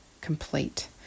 complete